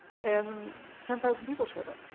and ten thousand people showed up.